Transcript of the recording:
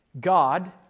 God